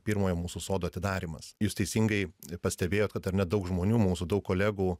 pirmojo mūsų sodo atidarymas jūs teisingai pastebėjot kad ar ne daug žmonių mūsų daug kolegų